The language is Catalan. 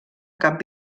cap